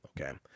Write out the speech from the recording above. okay